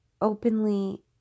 openly